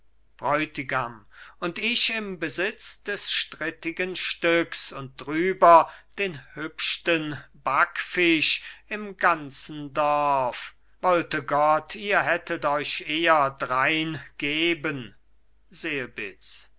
bräutigam und ich im besitz des strittigen stücks und drüber den hübschten backfisch im ganzen dorf wollte gott ihr hättet euch eher drein geben selbitz